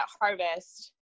Harvest